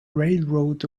railroad